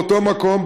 באותו מקום,